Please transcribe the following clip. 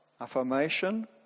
affirmation